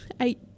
eight